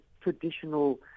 traditional